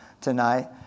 tonight